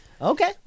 Okay